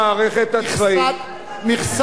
מכסת קריאות הביניים הסתיימה.